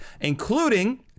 including